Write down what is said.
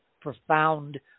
profound